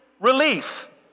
relief